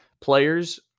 players